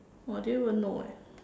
oh I didn't even know eh